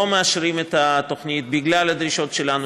לא מאשרים את התוכנית בגלל הדרישות שלנו,